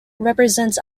represents